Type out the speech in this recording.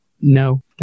no